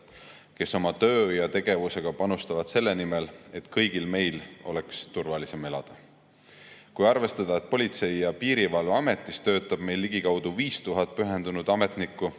kes oma töö ja tegevusega panustavad sellesse, et kõigil meil oleks turvalisem elada. Kui arvestada, et Politsei- ja Piirivalveametis töötab ligikaudu 5000 pühendunud ametnikku,